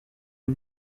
des